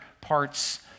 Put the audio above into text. parts